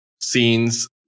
scenes